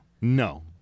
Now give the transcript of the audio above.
no